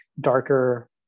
darker